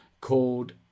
called